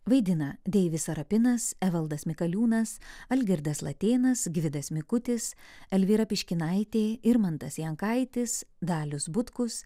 vaidina deivis sarapinas evaldas mikaliūnas algirdas latėnas gvidas mikutis elvyra piškinaitė irmantas jankaitis dalius butkus